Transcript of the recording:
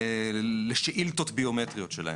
לשאילתות ביומטריות שלהם,